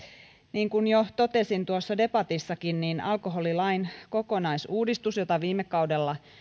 niin kuin jo totesin tuossa debatissakin alkoholilain kokonais uudistus jota viime kaudella